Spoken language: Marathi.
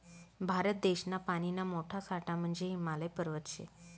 भारत देशना पानीना मोठा साठा म्हंजे हिमालय पर्वत शे